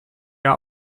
are